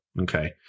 Okay